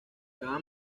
cada